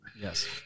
Yes